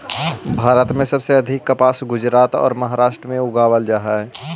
भारत में सबसे अधिक कपास गुजरात औउर महाराष्ट्र में उगावल जा हई